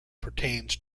pertains